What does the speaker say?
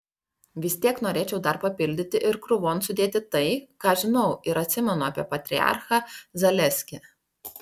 vis tiek norėčiau dar papildyti ir krūvon sudėti tai ką žinau ir atsimenu apie patriarchą zaleskį